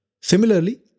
Similarly